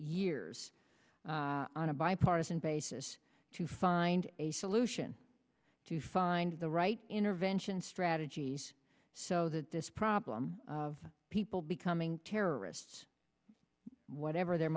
years on a bipartisan basis to find a solution to find the right intervention strategies so that this problem of people becoming terrorists whatever their